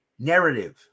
narrative